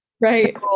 Right